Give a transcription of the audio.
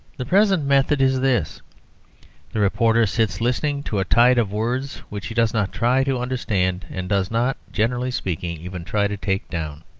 the present method is this the reporter sits listening to a tide of words which he does not try to understand, and does not, generally speaking, even try to take down